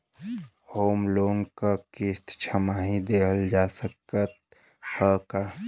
Home loan क किस्त छमाही देहल जा सकत ह का?